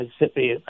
Mississippi